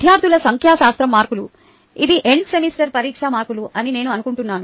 విద్యార్థుల సంఖ్య శాతం మార్కులు ఇది ఎండ్ సెమిస్టర్ పరీక్ష మార్కులు అని నేను అనుకుంటున్నాను